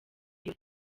iyo